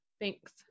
Thanks